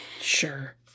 Sure